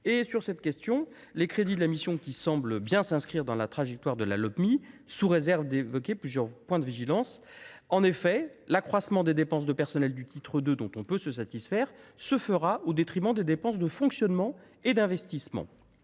Sur cette question, les crédits de la mission semblent bien s’inscrire dans la trajectoire de la Lopmi, sous réserve d’évoquer plusieurs points de vigilance. En effet, l’accroissement des dépenses de personnel du titre 2, dont nous pouvons nous satisfaire, se fera au détriment des dépenses de fonctionnement et d’investissement.